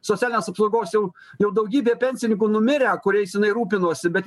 socialinės apsaugos jau jau daugybę pensininkų numirę kuriais jinai rūpinosi bet